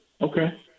Okay